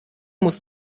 muss